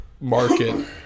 market